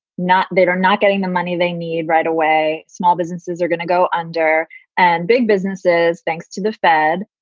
not they are not getting the money they need right away. small businesses are gonna go under and big businesses thanks to the fed,